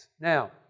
Now